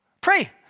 pray